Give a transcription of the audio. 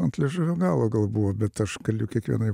ant liežuvio galo gal buvo bet aš galiu kiekvienai